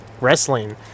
wrestling